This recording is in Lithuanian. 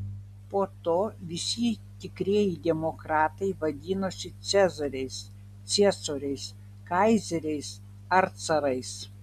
po to visi tikrieji demokratai vadinosi cezariais ciesoriais kaizeriais ar carais